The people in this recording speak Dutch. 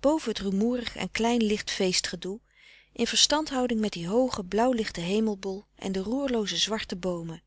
boven het rumoerig en klein licht feestgedoe in verstandhouding met dien hoogen blauwlichten hemelbol en de roerlooze zwarte boomen